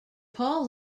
paul